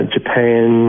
Japan